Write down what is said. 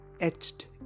etched